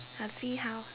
I'll see how